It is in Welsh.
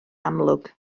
amlwg